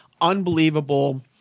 unbelievable